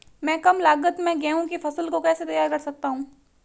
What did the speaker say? मैं कम लागत में गेहूँ की फसल को कैसे तैयार कर सकता हूँ?